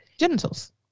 genitals